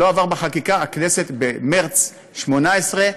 לא עבר בחקיקה, הכנסת במרס 18'